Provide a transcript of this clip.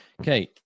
Okay